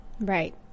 Right